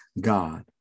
God